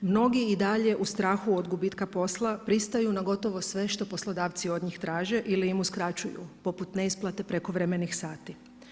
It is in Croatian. Mnogi i dalje u strahu od gubitka posla pristaju na gotovo sve što poslodavci od njih traže ili im uskraćuju poput neisplate prekovremenih sati.